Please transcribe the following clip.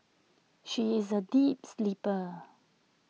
she is A deep sleeper